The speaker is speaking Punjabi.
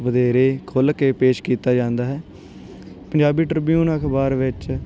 ਵਧੇਰੇ ਖੁੱਲ੍ਹ ਕੇ ਪੇਸ਼ ਕੀਤਾ ਜਾਂਦਾ ਹੈ ਪੰਜਾਬੀ ਟ੍ਰਿਬਿਊਨ ਅਖਬਾਰ ਵਿੱਚ